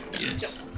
Yes